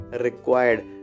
required